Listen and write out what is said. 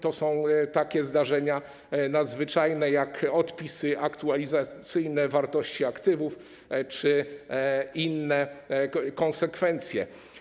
To są zdarzenia nadzwyczajne jak odpisy aktualizacyjne, wartości aktywów czy inne konsekwencje.